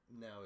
now